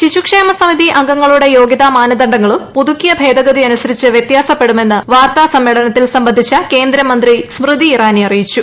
ശിശുക്ഷേമ സമിതി അംഗങ്ങളുടെ യോഗ്യതാ മാനദണ്ഡങ്ങളും പുതുക്കിയ ഭേദഗതി അനുസരിച്ച് വൃത്യാസപ്പെടുമെന്ന് വാർത്തസമ്മേളനത്തിൽ സംബന്ധിച്ച കേന്ദ്രമന്ത്രി ് സ്മൃതി ഇറാനി അറിയിച്ചു